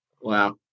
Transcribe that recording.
Wow